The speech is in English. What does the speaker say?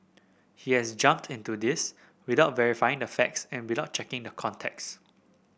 he has jumped into this without verifying the facts and without checking the context